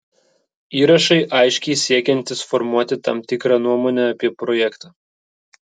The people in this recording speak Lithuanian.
įrašai aiškiai siekiantys formuoti tam tikrą nuomonę apie projektą